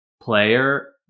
player